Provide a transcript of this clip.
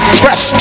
press